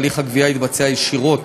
הליך הגבייה יתבצע ישירות